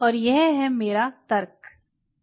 और यह ही मेरा तर्क है